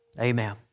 amen